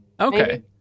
Okay